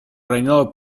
reinado